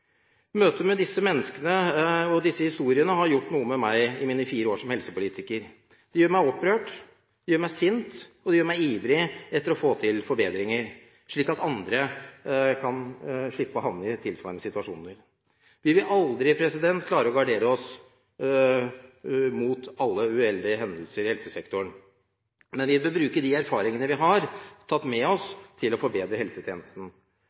Møtet med disse menneskene og disse historiene har gjort noe med meg i mine fire år som helsepolitiker. Det gjør meg opprørt, det gjør meg sint og det gjør meg ivrig etter å få til forbedringer, slik at andre kan slippe å havne i tilsvarende situasjoner. Vi vil aldri klare å gardere oss mot alle uheldige hendelser i helsesektoren, men vi bør bruke de erfaringene vi har tatt med oss, til å forbedre helsetjenesten.